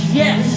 yes